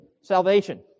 salvation